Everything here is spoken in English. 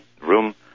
room